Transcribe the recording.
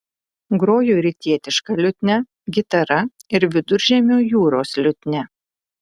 groju rytietiška liutnia gitara ir viduržemio jūros liutnia